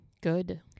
Good